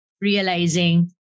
realizing